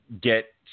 get